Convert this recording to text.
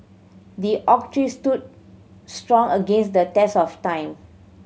the oak tree stood strong against the test of time